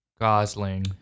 Gosling